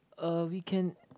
uh we can